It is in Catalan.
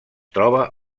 troba